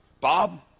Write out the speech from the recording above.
Bob